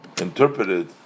interpreted